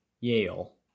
Yale